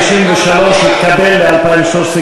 סעיף 53, משפטים ובתי-משפט,